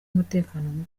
umutekano